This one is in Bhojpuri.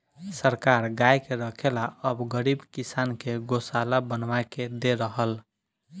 सरकार गाय के रखे ला अब गरीब किसान के गोशाला बनवा के दे रहल